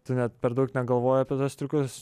tu net per daug negalvoji apie tuos triukus